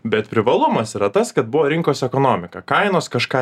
bet privalumas yra tas kad buvo rinkos ekonomika kainos kažką